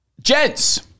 Gents